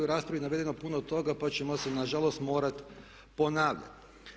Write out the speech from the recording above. U raspravi je navedeno puno toga pa ćemo se nažalost morati ponavljati.